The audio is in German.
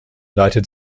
leitet